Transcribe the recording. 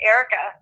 Erica